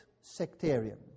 sectarian